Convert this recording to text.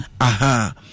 Aha